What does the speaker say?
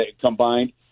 combined